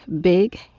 big